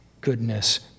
goodness